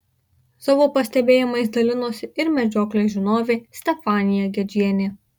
savo pastebėjimais dalinosi ir medžioklės žinovė stefanija gedžienė